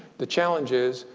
the challenge is,